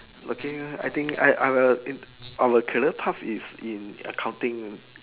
looking I think I I think our career path is in accounting